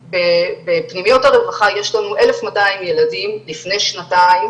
בפנימיות הרווחה יש לנו 1,200 ילדים לפני שנתיים